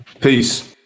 Peace